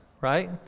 right